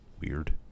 Weird